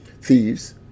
Thieves